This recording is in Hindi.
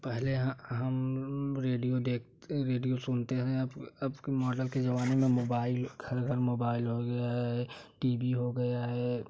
पहले हम रेडियो देख रेडियो सुनते थे अब अब की मोडल के ज़माने के मोबाइल खल मोबाइल हो गया है टी वी हो गया है